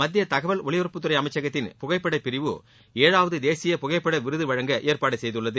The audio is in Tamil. மத்திய தகவல் ஒலிபரப்புத்துறை அமைச்சகத்தின் புகைப்படப் பிரிவு ஏழாவது தேசிய புகைப்பட விருது வழங்க ஏற்பாடு செய்துள்ளது